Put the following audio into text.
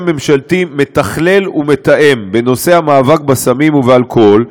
ממשלתי מתכלל ומתאם בנושא המאבק בסמים ובאלכוהול,